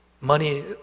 money